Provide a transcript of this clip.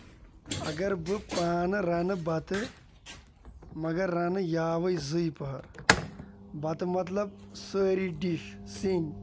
اَگر بہٕ پانہٕ رَنہٕ بتہٕ مَگر رَنہٕ یاوَے زٕے پَہر بَتہٕ مطلب سٲری ڈِش سِنۍ